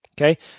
okay